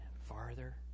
farther